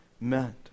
meant